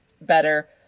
better